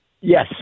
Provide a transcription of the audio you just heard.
Yes